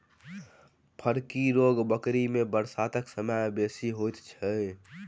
फड़की रोग बकरी मे बरसातक समय मे बेसी होइत छै